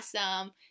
awesome